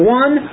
one